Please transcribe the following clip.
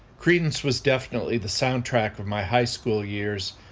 creedence was definitely the soundtrack of my high school years.